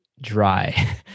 dry